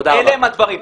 אלה הם הדברים.